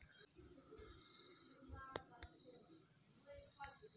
सर्वात जास्त वापर होणारे सिंचन पृष्ठभाग सिंचन आहे